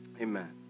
Amen